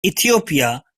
ethiopia